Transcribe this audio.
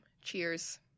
Cheers